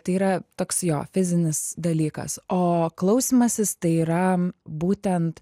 tai yra toks jo fizinis dalykas o klausymasis tai yra būtent